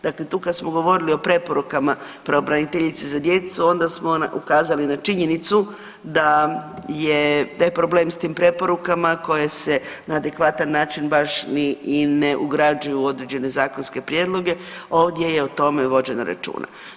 Dakle, tu kad smo govorili o preporukama pravobraniteljice za djecu, onda smo ukazali na činjenicu da je taj problem s tim preporukama koje se na adekvatan način baš ni i ne ugrađuju u određene zakonske prijedloge, ovdje je o tome vođeno računa.